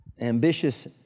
ambitious